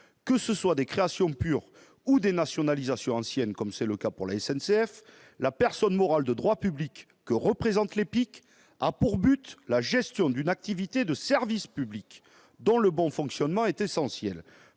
que ce soient des créations pures ou des nationalisations anciennes, comme c'est le cas pour la SNCF, la personne morale de droit public que représente l'EPIC a pour but la gestion d'une activité de service public, dont le bon fonctionnement est essentiel